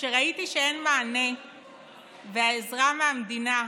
כשראיתי שאין מענה ועזרה מהמדינה,